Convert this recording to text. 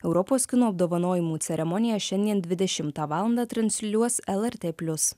europos kino apdovanojimų ceremonija šiandien dvidešimtą valandą transliuos lrt plius